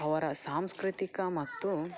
ಅವರ ಸಾಂಸ್ಕೃತಿಕ ಮತ್ತು